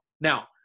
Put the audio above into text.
Now